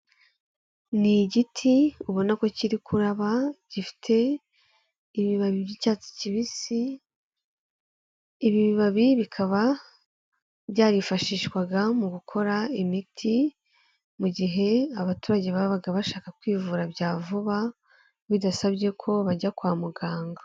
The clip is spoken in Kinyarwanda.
Ni igiti ubona ko kiri kuraba, gifite ibibabi by'icyatsi kibisi, ibi bibabi bikaba byarifashishwaga mu gukora imiti mu gihe abaturage babaga bashaka kwivura bya vuba bidasabye ko bajya kwa muganga.